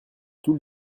tous